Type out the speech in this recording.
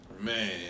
Man